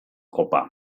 kopa